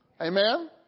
Amen